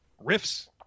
riffs